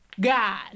God